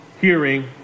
hearing